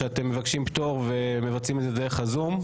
שאתם מבקשים פטור ומבצעים את זה דרך הזום.